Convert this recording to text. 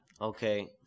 Okay